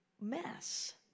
mess